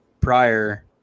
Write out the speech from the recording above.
prior